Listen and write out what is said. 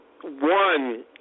one